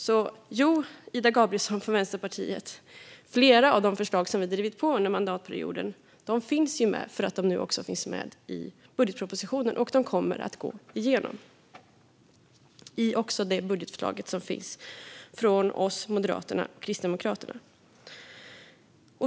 Och jo, Ida Gabrielsson från Vänsterpartiet - flera av de förslag vi har drivit på för under mandatperioden finns med för att de nu också finns med i budgetpropositionen, och de kommer att gå igenom i och med budgetförslaget från oss, Moderaterna och Kristdemokraterna.